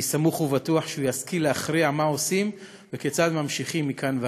אני סמוך ובטוח שהוא ישכיל להכריע מה עושים וכיצד ממשיכים מכאן והלאה.